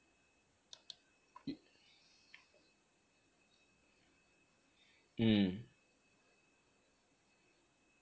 y~ mm